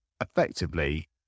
effectively